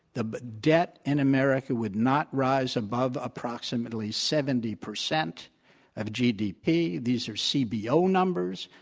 the debt in america would not rise above approximately seventy percent of gdp, these are cbo numbers,